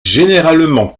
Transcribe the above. généralement